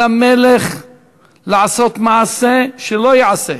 על המלך לעשות מעשה שלא ייעשה.